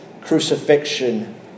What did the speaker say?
crucifixion